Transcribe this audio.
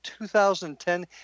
2010